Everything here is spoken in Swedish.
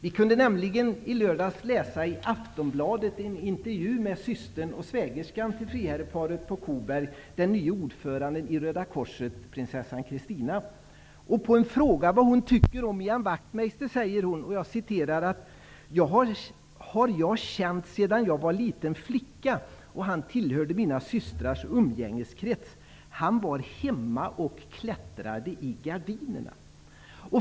I Aftonbladet kunde man nämligen läsa en intervju med systern och svägerskan till friherreparet på Koberg, den nya ordföranden i Röda korset, prinsessan Christina. På frågan om vad hon tycker om Ian Wachtmeister svarar prinsessan: ''- Har jag känt sedan jag var liten flicka och han tillhörde mina systrars umgängeskrets, han var hemma och klättrade i gardinerna.''